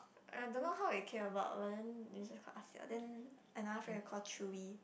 !aiya! don't know how it came about when is it called Ah Siao then another friend we call Chewy